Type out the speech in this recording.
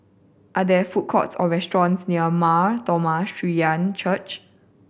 are there food courts or restaurants near Mar Thoma Syrian Church